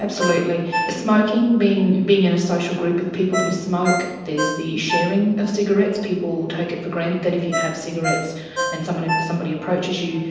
absolutely, smoking, being being in a social group with people who smoke, there's the sharing of cigarettes, people take it for granted that if you have cigarettes and somebody somebody approaches you,